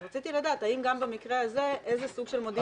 אז רציתי לדעת האם גם במקרה הזה איזה סוג של מודיעין